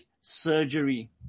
surgery